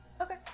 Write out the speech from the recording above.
Okay